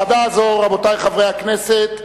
אני קובע שהודעת יושב-ראש ועדת הכנסת אושרה.